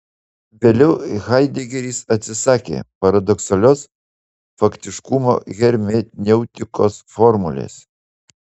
vėliau haidegeris atsisakė paradoksalios faktiškumo hermeneutikos formulės